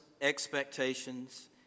expectations